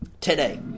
today